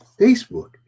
Facebook